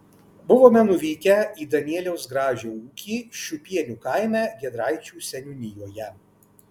buvome nuvykę į danieliaus gražio ūkį šiupienių kaime giedraičių seniūnijoje